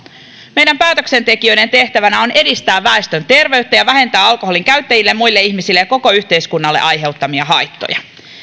meidän päätöksentekijöiden tehtävänä on edistää väestön terveyttä ja vähentää alkoholin käyttäjille muille ihmisille ja koko yhteiskunnalle aiheuttamia haittoja